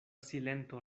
silento